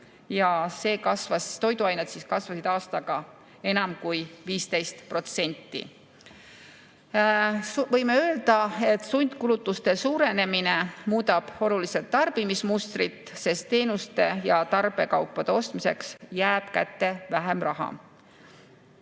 hinna kasv – toiduained kasvasid aastaga enam kui 15%. Võime öelda, et sundkulutuste suurenemine muudab oluliselt tarbimismustrit, sest teenuste ja tarbekaupade ostmiseks jääb kätte vähem raha.